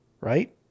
right